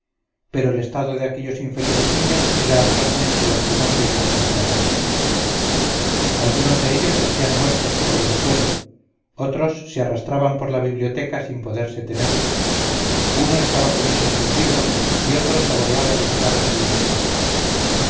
pero el estado de aquellos infelices niños era atrozmente lastimoso y desconsolador algunos de ellos yacían muertos sobre el suelo otros se arrastraban por la biblioteca sin poderse tener uno estaba comiéndose un libro y otro saboreaba el esparto de una estera